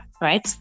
right